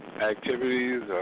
activities